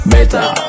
Better